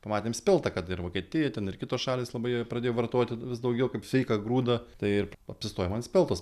pamatėm speltą kad ir vokietija ten ir kitos šalys labai ją pradėjo vartoti vis daugiau kaip sveiką grūdą tai apsistojom ant speltos